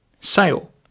sale